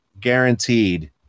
guaranteed